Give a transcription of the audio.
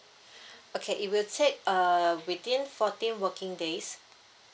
okay it will said uh between fourteen working days